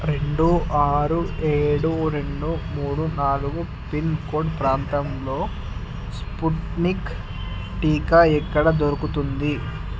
రెండు ఆరు ఏడు రెండు మూడు నాలుగు పిన్కోడ్ ప్రాంతంలో స్పుత్నిక్ టీకా ఎక్కడ దొరుకుతుంది